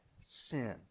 sin